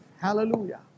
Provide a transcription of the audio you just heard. Hallelujah